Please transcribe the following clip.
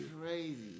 crazy